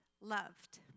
loved